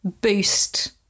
boost